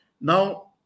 Now